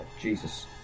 Jesus